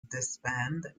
disband